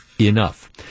enough